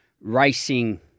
racing